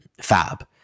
fab